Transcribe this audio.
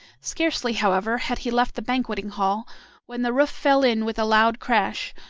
scarcely, however, had he left the banqueting hall when the roof fell in with a loud crash,